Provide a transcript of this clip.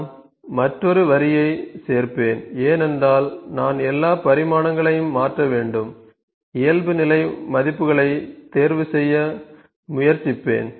நான் மற்றொரு வரியைச் சேர்ப்பேன் ஏனென்றால் நான் எல்லா பரிமாணங்களையும் மாற்ற வேண்டும் இயல்புநிலை மதிப்புகளைத் தேர்வுசெய்ய முயற்சிப்பேன்